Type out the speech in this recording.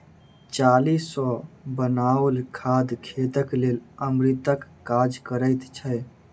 चाली सॅ बनाओल खाद खेतक लेल अमृतक काज करैत छै